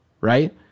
Right